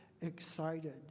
excited